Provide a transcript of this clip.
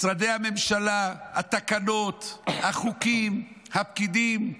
משרדי הממשלה, התקנות, החוקים, הפקידים,